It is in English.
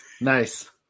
Nice